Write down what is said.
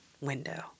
window